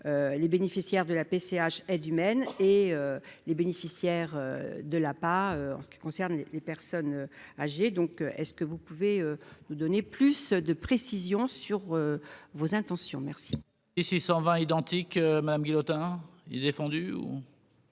les bénéficiaires de la PCH aide humaine et les bénéficiaires de la pas en ce qui concerne les personnes âgées donc est-ce que vous pouvez nous donner plus de précisions sur vos intentions merci. Et ici 120 identique Madame Lottin il est défendu